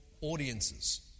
audiences